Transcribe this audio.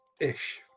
Ish